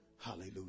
Hallelujah